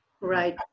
right